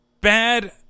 bad